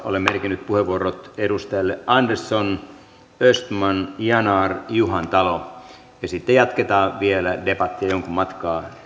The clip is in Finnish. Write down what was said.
olen merkinnyt puheenvuorot edustajille andersson östman yanar juhantalo ja sitten jatketaan vielä debattia jonkun matkaa